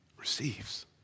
receives